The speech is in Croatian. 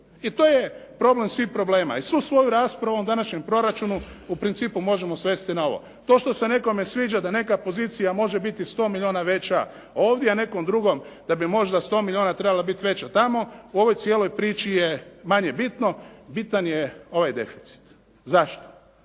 I to je problem svih problema i svu svoju raspravu o ovom današnjem proračunu u principu možemo svesti na ovo. To što se nekome sviđa da neka pozicija može biti 100 milijuna veća ovdje, a nekom drugom da bi možda 100 milijuna trebala biti veća tamo, u ovoj cijeloj priči je manje bitno. Bitan je ovaj deficit. Zašto?